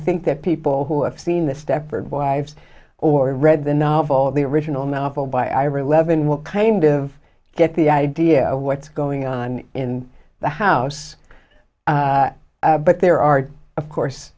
think that people who have seen the stepford wives or read the novel the original novel by i really love and will kind of get the idea of what's going on in the house but there are of course